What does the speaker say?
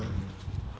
mm